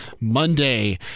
Monday